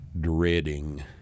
dreading